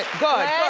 good,